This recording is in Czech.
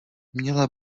měla